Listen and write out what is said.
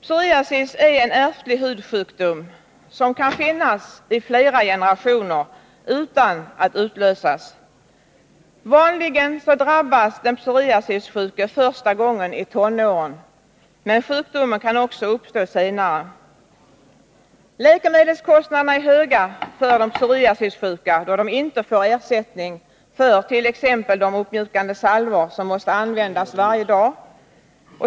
Psoriasis är en ärftlig hudsjukdom, som kan finnas i flera generationer utan attutlösas. Vanligen drabbas den psoriasissjuke första gången i tonåren, men sjukdomen kan också uppstå senare. Läkemedelskostnaderna är höga för de psoriasissjuka, då man inte får ersättning för t.ex. de uppmjukande salvor som måste användas varje dag.